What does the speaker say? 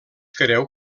creu